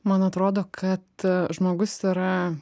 man atrodo kad žmogus yra